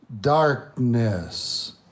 darkness